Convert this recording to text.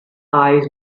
eyes